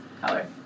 color